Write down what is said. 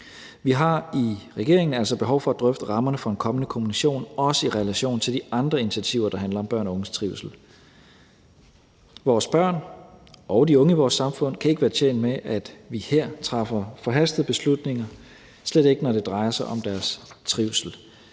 Vi har i regeringen altså behov for at drøfte rammerne for en kommende kommission, også i relation til de andre initiativer, der handler om børn og unges trivsel. Vores børn og de unge i vores samfund kan ikke være tjent med, at vi her træffer forhastede beslutninger, slet ikke når det drejer sig om deres trivsel.